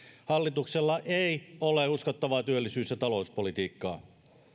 hallituksella ei ole uskottavaa työllisyys ja talouspolitiikkaa